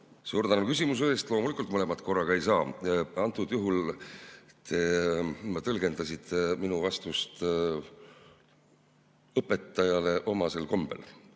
Suur tänu küsimuse eest! Loomulikult, mõlemat korraga ei saa. Antud juhul te tõlgendasite minu vastust õpetajale omasel kombel.